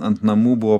ant namų buvo